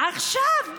עכשיו,